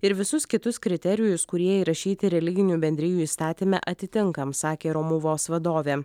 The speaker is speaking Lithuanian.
ir visus kitus kriterijus kurie įrašyti religinių bendrijų įstatyme atitinkam sakė romuvos vadovė